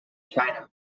china